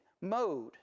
mode